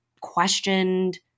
questioned